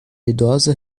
idosa